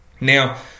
Now